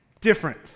different